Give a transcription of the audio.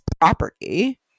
property